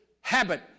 habit